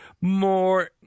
more